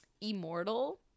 immortal